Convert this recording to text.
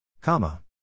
Comma